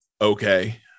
okay